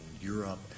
Europe